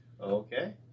Okay